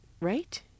right